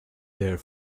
there